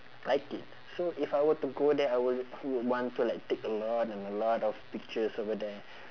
like it so if I were to go there I will want to like take a lot and a lot of pictures over there